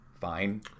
fine